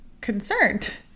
concerned